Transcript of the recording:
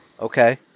Okay